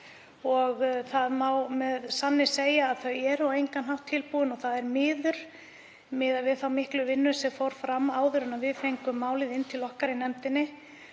og það má með sanni segja að þau séu á engan hátt tilbúin. Það er miður miðað við þá miklu vinnu sem fór fram áður en við fengum málið inn til okkar í nefndinni